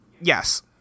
yes